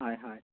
হয় হয়